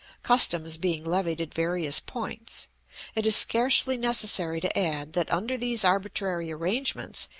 customs being levied at various points it is scarcely necessary to add that under these arbitrary arrangements,